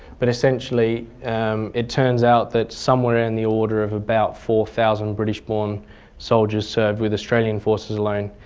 but essentially it turns out that somewhere in the order of about four thousand british-born soldiers served with australian forces alone.